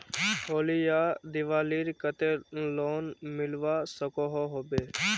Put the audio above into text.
होली या दिवालीर केते लोन मिलवा सकोहो होबे?